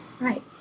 Right